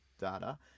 data